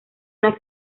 una